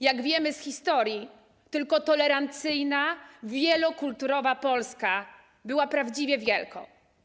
Jak wiemy z historii, tylko tolerancyjna, wielokulturowa Polska była prawdziwie wielką.